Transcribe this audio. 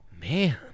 Man